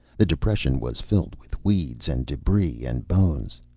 the depression was filled with weeds and debris and bones.